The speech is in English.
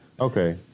Okay